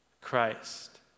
Christ